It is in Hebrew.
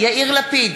יאיר לפיד,